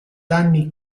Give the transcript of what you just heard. danni